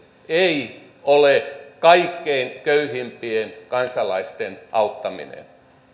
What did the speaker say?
ei ole kaikkein köyhimpien kansalaisten auttaminen